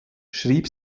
schrieb